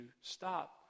stop